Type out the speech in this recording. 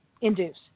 induce